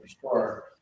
Sure